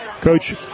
Coach